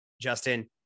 Justin